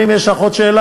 ואם יש לך עוד שאלה,